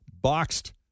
boxed